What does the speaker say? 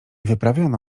wyprawiono